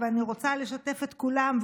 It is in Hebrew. ואני רוצה לשתף את כולם,